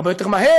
הרבה יותר מהר,